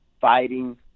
fighting